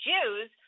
Jews